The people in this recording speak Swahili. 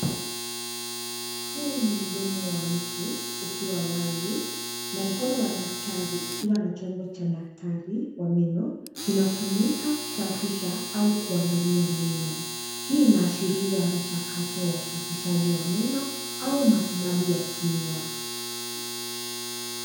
Huu ni mdomo wa mtu ukiwa wazi na mkono wa daktari ukiwa na chombo cha daktari wa meno. Kinatumika kusafisha au kuangalia meno. Hii inaashiria mchakato wa usafishaji wa meno au matibabu ya kinywa.